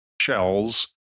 shells